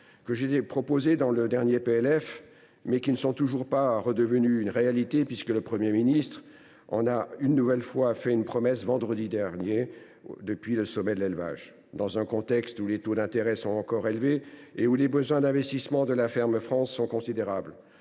que j’ai proposés dans le dernier projet de loi de finances, ne sont toujours pas devenus réalité, même si le Premier ministre les a une nouvelle fois promis, vendredi dernier, depuis le sommet de l’élevage. Dans un contexte où les taux d’intérêt sont encore élevés et où les besoins d’investissement de la ferme France sont considérables,